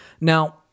Now